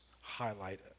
highlight